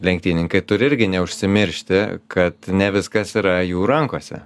lenktynininkai turi irgi neužsimiršti kad ne viskas yra jų rankose